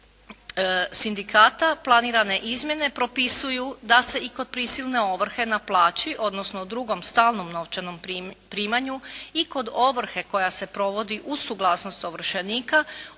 sindikata planirane izmjene propisuju da se i kod prisilne ovrhe na plaći, odnosno u drugom stalnom novčanom primanju i kod ovrhe koja se provodi uz suglasnost ovršenika